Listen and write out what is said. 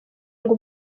ngo